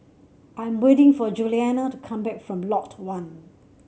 I'm waiting for Juliana to come back from Lot One